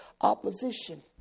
opposition